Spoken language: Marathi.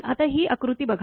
आता ही आकृती बघा